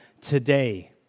today